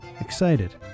Excited